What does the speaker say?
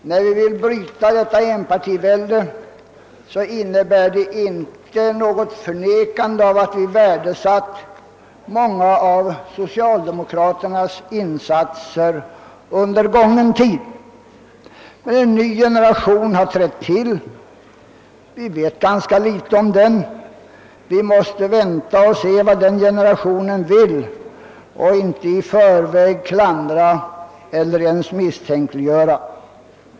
När vi vill bryta detta enpartivälde, innebär det inte något förnekande av att vi värdesatt många av socialdemokraternas insatser under gången tid, men en ny generation har trätt till. Vi vet ganska litet om den. Vi måste vänta och se vad den generationen vill och vi bör inte i förväg klandra eller ens misstänkliggöra den.